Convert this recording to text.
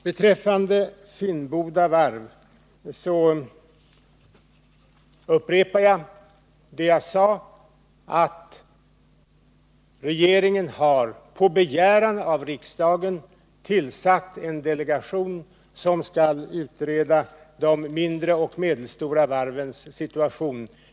Angående Finnboda Varv upprepar jag det jag sade, att regeringen på begäran av riksdagen har tillsatt en delegation som skall utreda de mindre och medelstora varvens situation.